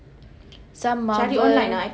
some Marvel